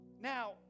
Now